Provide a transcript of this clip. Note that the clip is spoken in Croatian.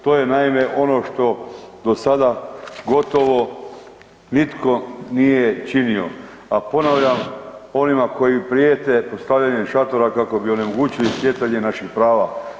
To je naime ono što do sada gotovo nitko nije činio, a ponavljam onima koji prijete postavljanjem šatora kako bi onemogućili cvjetanje naših prava.